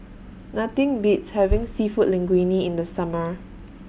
Nothing Beats having Seafood Linguine in The Summer